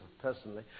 personally